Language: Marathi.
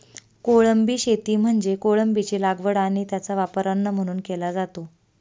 कोळंबी शेती म्हणजे कोळंबीची लागवड आणि त्याचा वापर अन्न म्हणून केला जातो